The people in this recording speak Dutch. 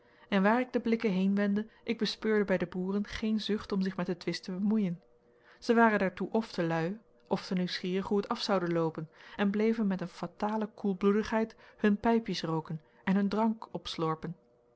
en waar ik de blikken heen wendde ik bespeurde bij de boeren geen zucht om zich met den twist te bemoeien zij waren daartoe of te lui of te nieuwsgierig hoe het af zoude loopen en bleven met een fatale koelbloedigheid hun pijpjes rooken en hun drank opslorpen